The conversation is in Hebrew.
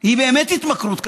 היא באמת התמכרות קשה.